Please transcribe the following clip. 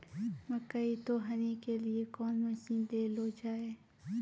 मकई तो हनी के लिए कौन मसीन ले लो जाए?